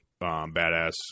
badass